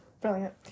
brilliant